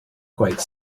quite